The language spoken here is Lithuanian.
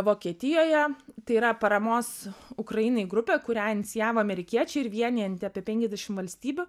vokietijoje tai yra paramos ukrainai grupė kurią inicijavo amerikiečiai ir vienijanti apie penkiasdešim valstybių